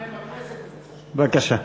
בבקשה.